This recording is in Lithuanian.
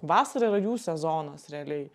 vasara yra jų sezonas realiai